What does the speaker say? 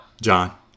John